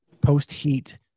post-heat